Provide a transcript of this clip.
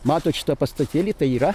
matot šitą pastatėlį tai yra